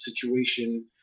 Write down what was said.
situation